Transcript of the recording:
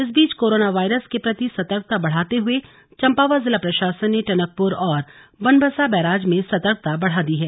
इस बीच corona virus के प्रति सतर्कता बढ़ाते हुए चम्पावत जिला प्रशासन ने टनकपुर और बनबसा बैराज में सतर्कता बढ़ा दी है